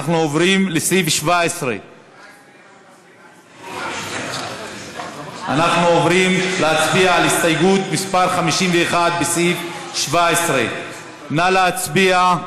אנחנו עוברים לסעיף 17. נצביע על הסתייגות מס' 51 בסעיף 17. נא להצביע.